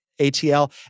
ATL